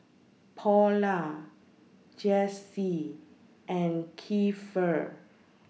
Paula Jessee and Keifer